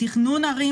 תכנון ערים,